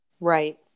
Right